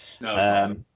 No